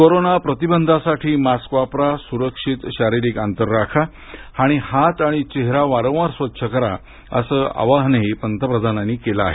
corona प्रतिबंधासाठी mask वापरा सुरक्षित शारीरिक अंतर राखा आणि हात आणि चेहरा वारंवार स्वच्छ करा अस आवाहनही पंतप्रधानांनी केलं आहे